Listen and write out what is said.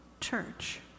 church